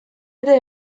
ere